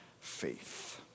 faith